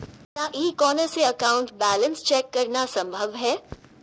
क्या e corner से account balance check करना संभव है?